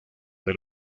del